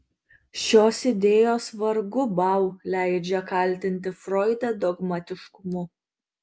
šios idėjos vargu bau leidžia kaltinti froidą dogmatiškumu